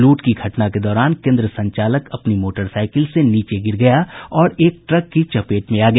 लूट की घटना के दौरान केन्द्र संचालक अपनी मोटरसाईकिल से नीचे गिर गया और एक ट्रक की चपेट में आ गया